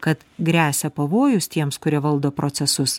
kad gresia pavojus tiems kurie valdo procesus